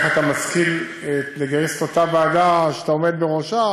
איך אתה משכיל לגייס את אותה ועדה שאתה עומד בראשה